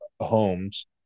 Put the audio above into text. homes